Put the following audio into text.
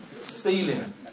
Stealing